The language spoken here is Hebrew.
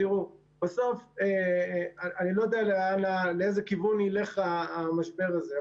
בסוף אני לא יודע לאיזה כיוון ילך המשבר הזה,